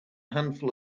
handful